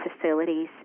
facilities